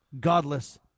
godless